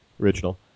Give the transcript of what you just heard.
original